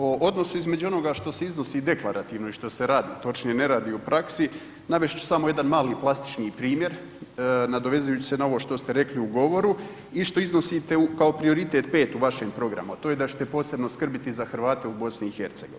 O odnosu između onoga što se iznosi deklarativno i što se radi, točnije ne radi u praksi navest ću samo jedan mali plastični primjer nadovezujući se na ovo što ste rekli u govoru i što iznosite kao prioritet 5 u vašem programu, a to je da ćete posebno skrbiti za Hrvate u BiH.